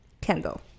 kendall